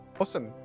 Awesome